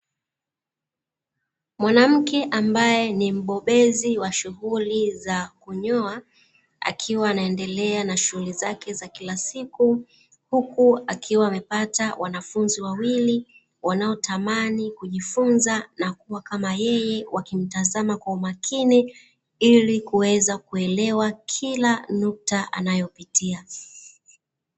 Mwanamke ambaye ni mbobezi wa shughuli za kunyoa akiwa anaendelea na shughuli zake za kila siku. Huku akiwa amepata wanafunzi wawili wanaotamani kujifunza na kuwa kama yeye wakimtazama kwa umakini ili kuweza kuelewa kila nukta anayopitia.